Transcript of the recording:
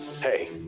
Hey